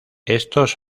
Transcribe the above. estos